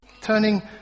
Turning